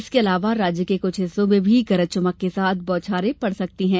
इसके अलावा राज्य के कुछ हिस्सों में भी गरज चमक के साथ बौछारें पड़ सकती है